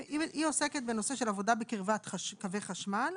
היא עוסקת בנושא של עבודה בקרבת קווי חשמל,